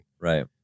Right